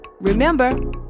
remember